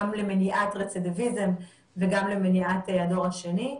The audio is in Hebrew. גם למניעת רצידיביזם וגם למניעת הדור השני.